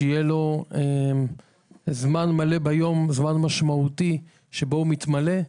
יהיה לו זמן משמעותי ביום שבאמצעותו הוא מתמלא.